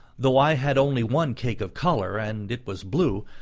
though i had only one cake of colour, and it was blue,